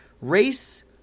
race